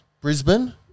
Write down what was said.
Brisbane